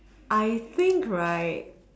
I think right